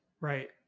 Right